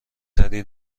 تری